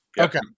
okay